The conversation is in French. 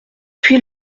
puis